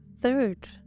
third